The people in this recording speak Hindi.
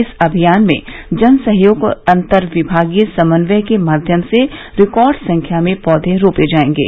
इस अभियान में जन सहयोग और अन्तर्विमागीय समन्वय के माध्यम से रिकॉर्ड संख्या में पौधे रोपे जायेंगे